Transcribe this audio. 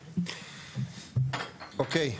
אוקיי.